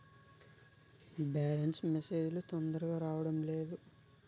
Balance message లు తొందరగా రావడం లేదు?